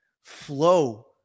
flow